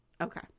Okay